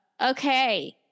okay